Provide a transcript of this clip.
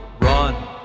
run